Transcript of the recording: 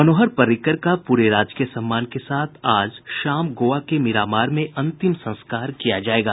मनोहर पर्रिकर का पूरे राजकीय सम्मान के साथ आज शाम गोवा के मिरामार में अंतिम संस्कार किया जाएगा